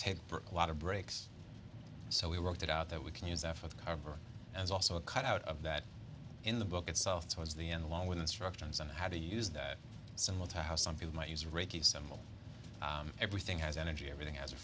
take a lot of breaks so we worked it out that we can use half of the cover as also a cut out of that in the book itself towards the end along with instructions on how to use that symbol to how some people might use reiki symbol everything has energy everything has